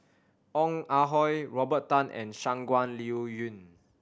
Ong Ah Hoi Robert Tan and Shangguan Liuyun